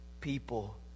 people